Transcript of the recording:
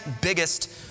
biggest